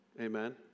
Amen